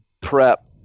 prep